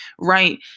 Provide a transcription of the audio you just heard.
right